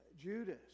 Judas